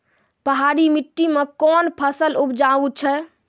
पहाड़ी मिट्टी मैं कौन फसल उपजाऊ छ?